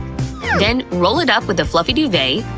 then roll it up with the fluffy duvet.